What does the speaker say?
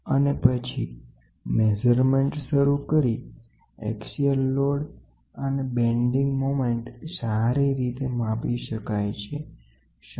અને પછી મેજરમેન્ટ શરૂ કરી ધરીય બળ અને બેન્ડીન્ગ મોમેન્ટ સારી રીતે માપી શકાય છે તે રીડિંગ ને અસરકર્તા છે